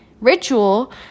Ritual